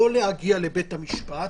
לא להגיע לבית המשפט,